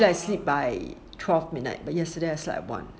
usually I sleep by twelve midnight but yesterday I slept at one